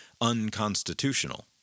unconstitutional